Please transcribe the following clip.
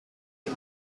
sie